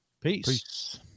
Peace